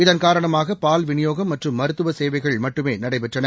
இதன் காரணமாக பால் விநியோகம் மற்றும் மருத்துவ சேவைகள் மட்டுமே நடைபெற்றன